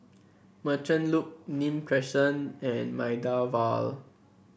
Merchant Loop Nim Crescent and Maida Vale